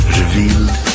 revealed